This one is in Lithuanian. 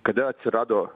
kada atsirado